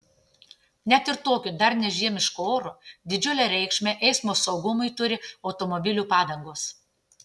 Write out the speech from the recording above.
net ir tokiu dar ne žiemišku oru didžiulę reikšmę eismo saugumui turi automobilių padangos